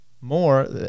more